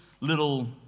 little